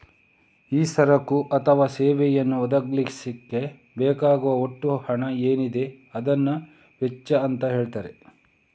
ಒಂದು ಸರಕು ಅಥವಾ ಸೇವೆಯನ್ನ ಒದಗಿಸ್ಲಿಕ್ಕೆ ಬೇಕಾಗುವ ಒಟ್ಟು ಹಣ ಏನಿದೆ ಅದನ್ನ ವೆಚ್ಚ ಅಂತ ಹೇಳ್ತಾರೆ